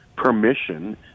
Permission